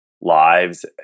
lives